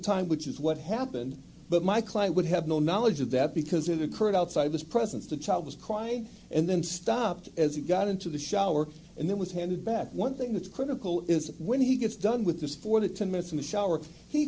time which is what happened but my client would have no knowledge of that because it occurred outside of his presence the child was crying and then stopped as he got into the shower and then was handed back one thing that's critical is when he gets done with this for the ten minutes in the shower he